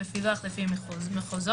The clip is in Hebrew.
בפילוח לפי מחוזות,